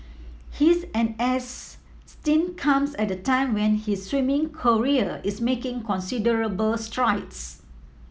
his N S stint comes at a time when his swimming career is making considerable strides